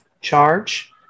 charge